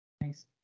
nice